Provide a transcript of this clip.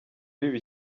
biba